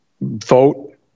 Vote